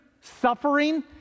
suffering